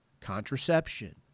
contraception